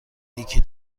نیکی